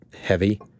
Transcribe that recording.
heavy